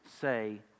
say